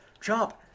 Jump